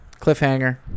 cliffhanger